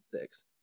Six